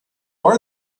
are